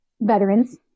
Veterans